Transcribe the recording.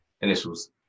initials